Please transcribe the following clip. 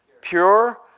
Pure